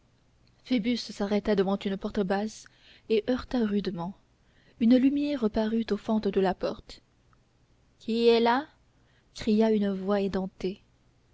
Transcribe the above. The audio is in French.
phoebus s'arrêta devant une porte basse et heurta rudement une lumière parut aux fentes de la porte qui est là cria une voix édentée